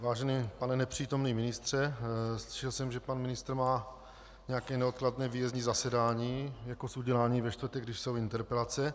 Vážený pane nepřítomný ministře slyšel jsem, že pan ministr má nějaké neodkladné výjezdní zasedání, jako z udělání ve čtvrtek, když jsou interpelace.